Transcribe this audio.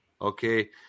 Okay